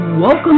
Welcome